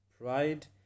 pride